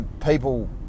people